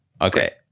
Okay